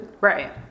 Right